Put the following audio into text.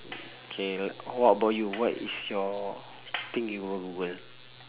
K what about you what is your thing you will google